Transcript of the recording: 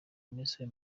emmerson